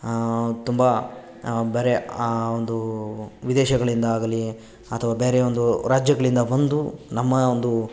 ತುಂಬ ಬರೇ ಆ ಒಂದು ವಿದೇಶಗಳಿಂದ ಆಗಲಿ ಅಥವಾ ಬೇರೆ ಒಂದು ರಾಜ್ಯಗಳಿಂದ ಬಂದು ನಮ್ಮ ಒಂದು